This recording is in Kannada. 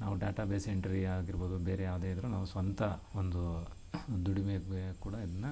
ನಾವು ಡಾಟಾ ಬೇಸ್ ಎಂಟ್ರಿ ಆಗಿರ್ಬೋದು ಬೇರೆ ಯಾವುದೇ ಇದ್ದರೂ ನಾವು ಸ್ವಂತ ಒಂದು ದುಡಿಮೆಗೆ ಕೂಡ ಇದನ್ನ